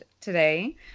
today